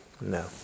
No